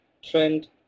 trend